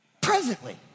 presently